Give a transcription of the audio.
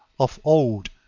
of old,